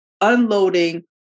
unloading